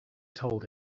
told